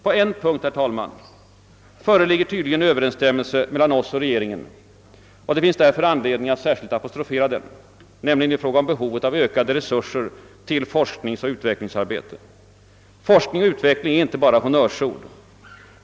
På en punkt, herr talman, föreligger tydligen överensstämmelse mellan oss och regeringen, och det finns därför anledning att särskilt apostrofera denna, nämligen i fråga om behovet av ökade resurser till forskningsoch utvecklingsarbete. Forskning och utveckling är inte bara honnörsord.